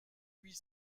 huit